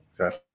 okay